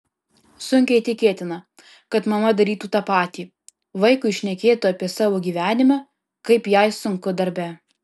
sunkiai tikėtina kad mama darytų tą patį vaikui šnekėtų apie savo gyvenimą kaip jai sunku darbe